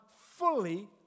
fully